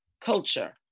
culture